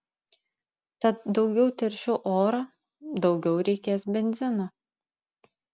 tad daugiau teršiu orą daugiau reikės benzino